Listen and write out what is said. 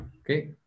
okay